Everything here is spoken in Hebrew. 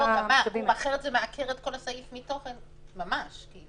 אחרת, זה מעקר את כל הסעיף מתוכן, ממש.